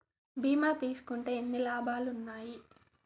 బీమా తీసుకుంటే ఎన్ని లాభాలు ఉన్నాయి?